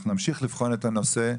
אנחנו נמשיך לבחון את הנושא,